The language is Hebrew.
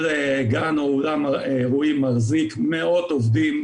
כל גן או אולם אירועים מחזיק מאות עובדים,